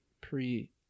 pre